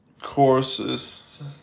courses